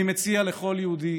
אני מציע לכל יהודי